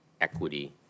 equity